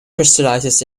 crystallizes